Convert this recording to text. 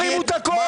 אל תרימו את הקול.